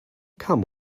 come